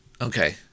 Okay